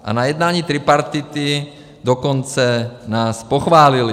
A na jednání tripartity nás dokonce pochválili.